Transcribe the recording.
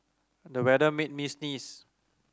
the weather made me sneeze